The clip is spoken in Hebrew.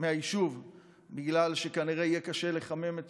מהיישוב בגלל שכנראה יהיה קשה לחמם את